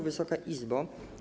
Wysoka Izbo!